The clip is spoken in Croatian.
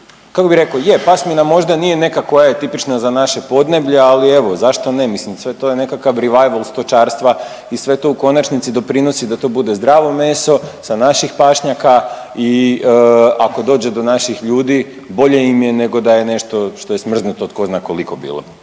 kako bih rekao, je, pasmina možda nije neka koja je tipična za naše podneblje, ali evo, zašto ne, sve to je nekakav rivajvl stočarstva i sve to u konačnici doprinosi da to bude zdravo meso sa naših pašnjaka i ako dođe do naših ljudi, bolje im je nego da je nešto što je smrznuto tko zna koliko bilo,